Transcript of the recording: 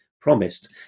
promised